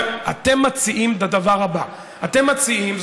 אתם מציעים את הדבר הבא: אתם מציעים,